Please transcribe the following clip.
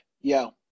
Yo